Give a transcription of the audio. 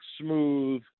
smooth